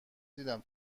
دیدم